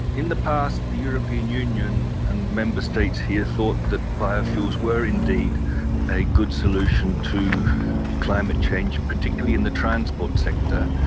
in the past, the european union and member states here thought that biofuels were indeed a good solution to climate change, particularly in the transport sector,